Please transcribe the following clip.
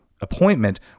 appointment